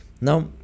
now